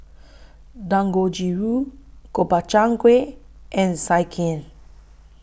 Dangojiru Gobchang Gui and Sekihan